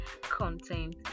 content